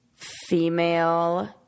female